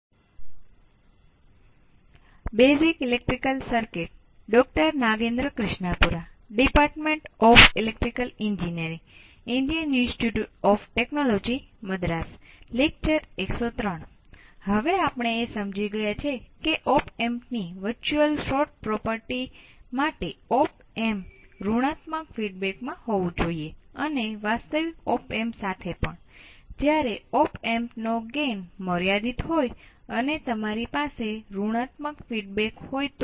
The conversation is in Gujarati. આપણે ઓપ એમ્પ એક એવું ઉપકરણ છે જેને સંચાલિત કરવા માટે કેટલાક વોલ્ટેજ સ્રોતની જરૂર હોય છે